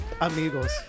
amigos